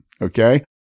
okay